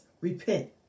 repent